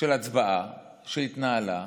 של הצבעה שהתנהלה,